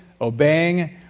obeying